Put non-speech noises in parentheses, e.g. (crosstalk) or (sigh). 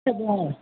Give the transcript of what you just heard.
(unintelligible)